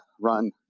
run